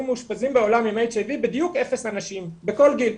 מאושפזים בעולם עם HIV בדיוק אפס אנשים בכל גיל.